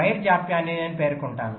wire జాప్యాన్ని నేను పేర్కొంటాను